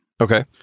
Okay